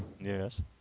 yes